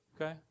okay